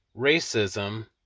racism